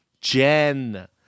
Jen